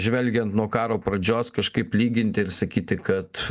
žvelgiant nuo karo pradžios kažkaip lyginti ir sakyti kad